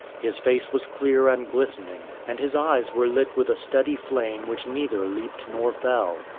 his face was clear and glistening, and his eyes were lit with a steady flame which neither leaped nor fell.